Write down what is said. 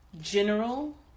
general